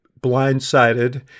blindsided